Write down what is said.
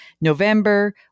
November